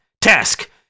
Task